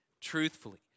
truthfully